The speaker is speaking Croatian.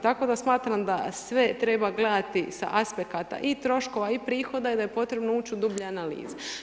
Tako da smatram da sve treba gledati sa aspekata i troškova i prihoda i da je potrebno ući u dublje analize.